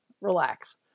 relax